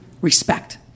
respect